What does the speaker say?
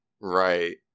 Right